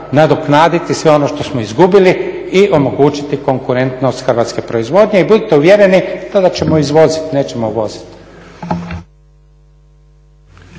nadoknaditi sve ono što smo izgubili i omogućiti konkurentnost hrvatske proizvodnje. I budite uvjereni tada ćemo izvoziti, nećemo uvoziti.